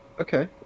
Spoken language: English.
Okay